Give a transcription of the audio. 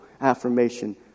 affirmation